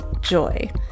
joy